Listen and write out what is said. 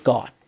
God